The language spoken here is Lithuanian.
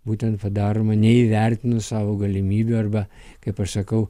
būtent padaroma neįvertinus savo galimybių arba kaip aš sakau